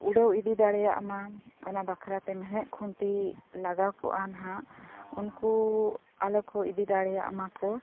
ᱩᱰᱟᱹᱣ ᱤᱫᱤ ᱫᱟᱲᱮᱭᱟᱜ ᱢᱟ ᱚᱱᱟ ᱵᱟᱠᱷᱨᱟ ᱛᱮ ᱢᱮᱬᱦᱮᱫ ᱠᱷᱩᱱᱴᱤ ᱞᱟᱜᱟᱣ ᱠᱚᱜᱼᱟ ᱦᱟᱜ ᱩᱱᱠᱩ ᱟᱞᱚ ᱠᱚ ᱤᱫᱤ ᱫᱟᱲᱮᱭᱟᱜ ᱢᱟᱠᱚ